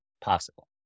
possible